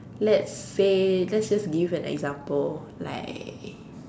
let's say let's just give an example like